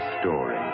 story